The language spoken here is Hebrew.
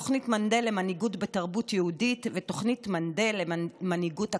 תוכנית מנדל למנהיגות בתרבות יהודית ותוכנית מנדל למנהיגות אקדמית,